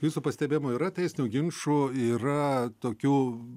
jūsų pastebėjimu yra teisinių ginčų yra tokių